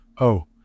Oh